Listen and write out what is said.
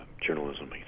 journalism